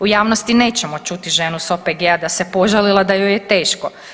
U javnosti nećemo čuti ženu sa OPG-a da se požalila da joj je teško.